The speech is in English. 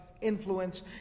influence